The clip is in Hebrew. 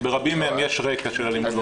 יש רקע של אלימות.